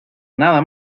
nada